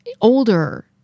older